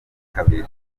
kabiri